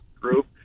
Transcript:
group